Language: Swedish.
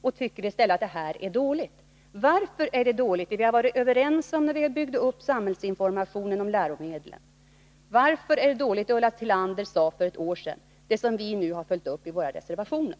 Vad är det som är dåligt i det vi var överens om när vi byggde upp samhällsinformationen om läromedel? Vad är det som är fel i vad Ulla Tillander sade för ett år sedan, det som vi nu har följt upp i våra reservationer?